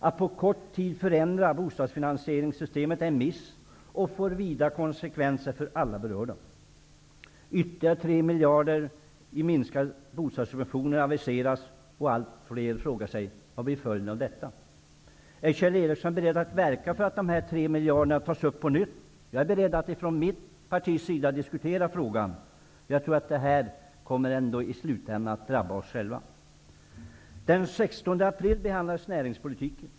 Att på så kort tid förändra bostadsfinansieringssystemet är en miss, och det får stora konsekvenser för alla berörda. Ytterligare 3 miljarder i minskade bostadssubventioner aviseras, och allt fler frågar sig: Vad blir följden av detta? Är Kjell Ericsson beredd att verka för att de tre miljarderna tas upp på nytt? Jag är beredd att från mitt partis sida diskutera frågan. Jag tror att det här i slutändan kommer att drabba oss själva. Den 16 april behandlades näringspolitiken.